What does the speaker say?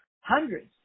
hundreds